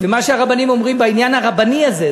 ומה שרבנים אומרים בעניין הרבני הזה,